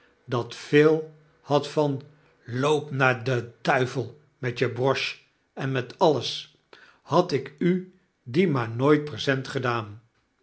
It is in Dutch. dat veel had van loop naar den duivel met je broche en met alles i had ik u die maar nooit present gedaan